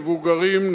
מבוגרים,